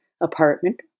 Apartment